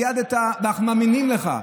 העדת, ואנחנו מאמינים לך,